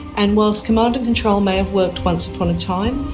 and whilst command and control may have worked once upon a time,